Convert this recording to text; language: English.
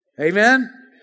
Amen